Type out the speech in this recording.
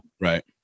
Right